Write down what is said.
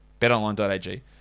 betonline.ag